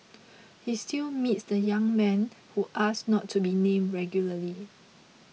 he still meets the young man who asked not to be named regularly